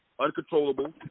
uncontrollable